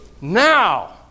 Now